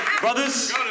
Brothers